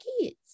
kids